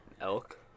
Elk